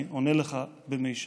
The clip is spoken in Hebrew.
אני עונה לך במישרין,